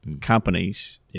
companies